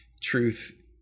truth